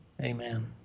Amen